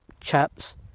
chaps